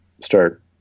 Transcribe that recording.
start